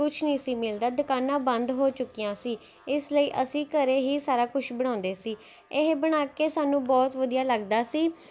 ਕੁਛ ਨਹੀਂ ਸੀ ਮਿਲਦਾ ਦੁਕਾਨਾਂ ਬੰਦ ਹੋ ਚੁੱਕੀਆਂ ਸੀ ਇਸ ਲਈ ਅਸੀਂ ਘਰ ਹੀ ਸਾਰਾ ਕੁਛ ਬਣਾਉਂਦੇ ਸੀ ਇਹ ਬਣਾ ਕੇ ਸਾਨੂੰ ਬਹੁਤ ਵਧੀਆ ਲੱਗਦਾ ਸੀ